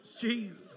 Jesus